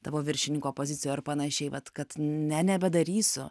tavo viršininko pozicijoj ar panašiai vat kad ne nebedarysiu